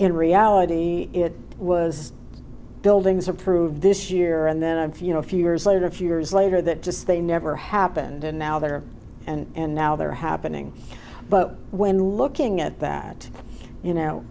in reality it was buildings approve this year and then i've you know a few years later a few years later that just they never happened and now they're and now they're happening but when looking at that you know